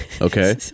Okay